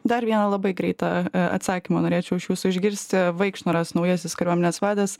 dar vieną labai greitą atsakymą norėčiau iš jūsų išgirsti vaikšnoras naujasis kariuomenės vadas